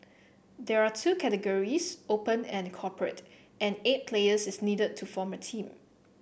there are two categories Open and Corporate and eight players is needed to form a team